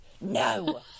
no